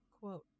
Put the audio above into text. Quote